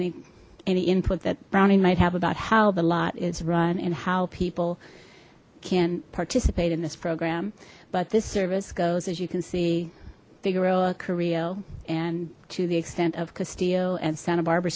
any any input that brown might have about how the lot is run and how people can participate in this program but this service goes as you can see figueroa korea and to the extent of castillo and santa barbara